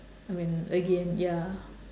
I mean again ya